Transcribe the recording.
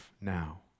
now